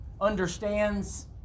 understands